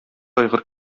айгыр